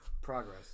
Progress